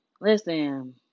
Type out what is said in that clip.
Listen